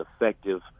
effective